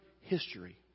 history